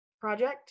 project